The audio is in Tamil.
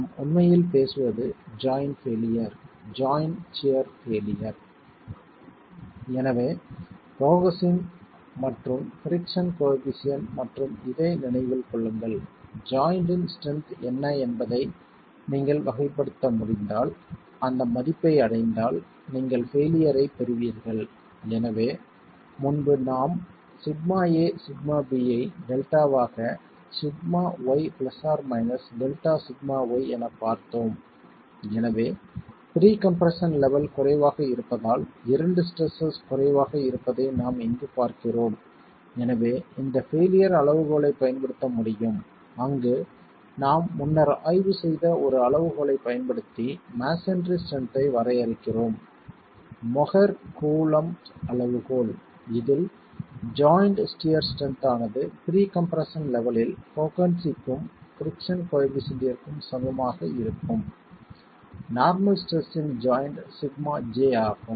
நார்மல் ஸ்ட்ரெஸ் இன் ஜாய்ண்ட் σj ஆகும்